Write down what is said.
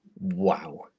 wow